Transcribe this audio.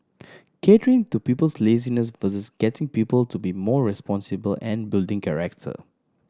catering to people's laziness versus getting people to be more responsible and building character